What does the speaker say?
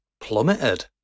plummeted